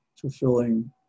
fulfilling